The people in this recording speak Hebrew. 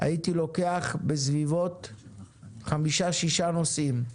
הייתי לוקח בסביבות חמישה, שישה נושאים,